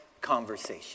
conversation